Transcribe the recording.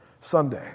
Sunday